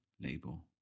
label